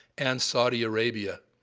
and saudi arabia.